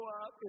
up